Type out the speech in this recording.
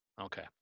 Okay